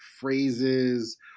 phrases